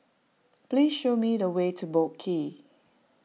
please show me the way to Boat Quay